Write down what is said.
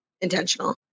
intentional